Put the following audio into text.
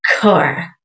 core